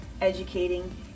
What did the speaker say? educating